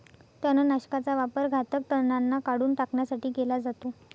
तणनाशकाचा वापर घातक तणांना काढून टाकण्यासाठी केला जातो